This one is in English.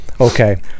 okay